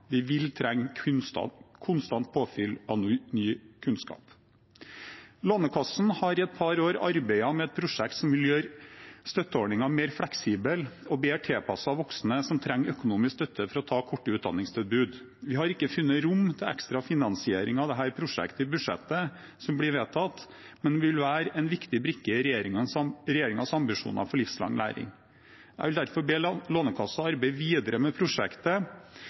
Vi vil trenge konstant påfyll av ny kunnskap. Lånekassen har i et par år arbeidet med et prosjekt som vil gjøre støtteordningene mer fleksible og bedre tilpasset voksne som trenger økonomisk støtte for å ta korte utdanningstilbud. Vi har ikke funnet rom til ekstra finansiering av dette prosjektet i budsjettet som blir vedtatt, men det vil være en viktig brikke i regjeringens ambisjoner for livslang læring. Jeg vil derfor be Lånekassen arbeide videre med prosjektet